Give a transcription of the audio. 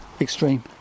extreme